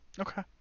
Okay